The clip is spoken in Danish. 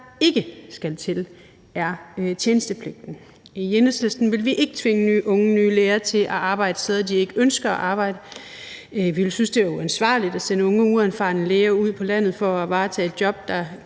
der ikke skal til, er tjenestepligten. I Enhedslisten vil vi ikke tvinge unge nye læger til at arbejde steder, de ikke ønsker at arbejde, vi ville synes, det var uansvarligt at sende unge og uerfarne læger ud på landet for at varetage et job, der